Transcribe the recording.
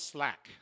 Slack